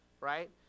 right